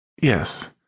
Yes